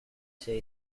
say